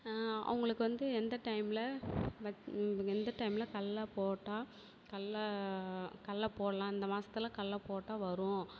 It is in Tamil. அவங்களுக்கு வந்து எந்த டைமில் வ எந்த டைமில் கடல போட்டா கடல கடல போடலாம் இந்த மாதத்துல கடல போட்டால் வரும்